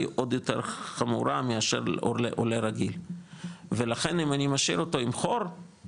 היא עוד יותר חמורה מאשר לעולה רגיל ולכן אם אני משאיר אותו עם חור,